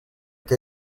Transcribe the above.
que